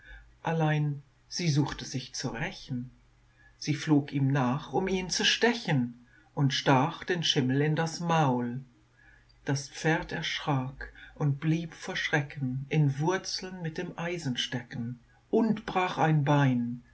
allein sie suchte sich zu rächen sie flog ihm nach um ihn zu stechen und stach den schimmel in das maul das pferd erschrak und blieb vor schrecken in wurzeln mit dem eisen stecken und brach ein bein